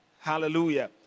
hallelujah